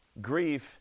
grief